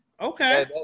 Okay